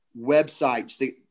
websites